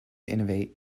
innovate